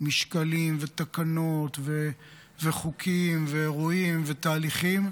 משקלים ותקנות וחוקים ואירועים ותהליכים,